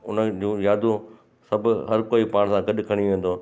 उन जूं यादूं सभु हर कोई पाण सां गॾु खणी वेंदव